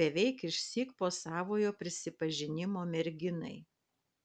beveik išsyk po savojo prisipažinimo merginai